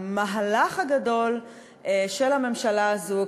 המהלך הגדול של הממשלה הזו,